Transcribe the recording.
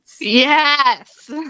Yes